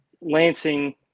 Lansing